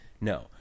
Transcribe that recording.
No